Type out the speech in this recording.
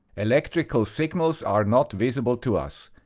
electrical signals are not visible to us.